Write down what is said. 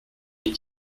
est